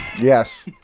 Yes